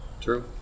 True